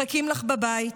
מחכים לך בבית